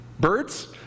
Birds